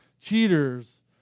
cheaters